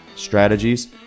strategies